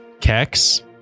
Kex